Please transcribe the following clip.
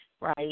right